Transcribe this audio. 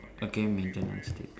okay maintenance state